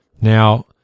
Now